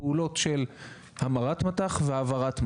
פעולות של המרת מט"ח והעברת מט"ח.